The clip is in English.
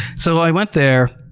so i went there,